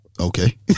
okay